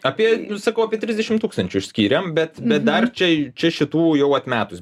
apie sakau apie trisdešimt tūkstančių išskyrėm bet dar čia čia šitų jau atmetus